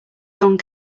gone